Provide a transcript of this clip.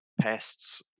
pests